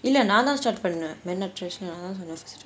இல்ல நான் தான்:illa naan thaan start பண்ணேன்:pannan men are trash